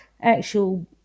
actual